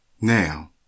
Now